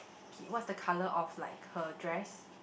okay what's the colour of like her dress